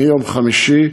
מיום חמישי,